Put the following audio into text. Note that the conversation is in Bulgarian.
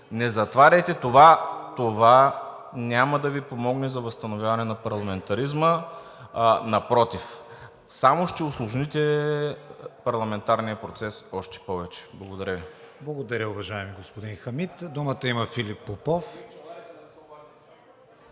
Не затваряйте! Това няма да Ви помогне за възстановяване на парламентаризма, напротив, само ще усложните парламентарния процес още повече. Благодаря Ви. ПРЕДСЕДАТЕЛ КРИСТИАН ВИГЕНИН: Благодаря, уважаеми господин Хамид. Думата има Филип Попов.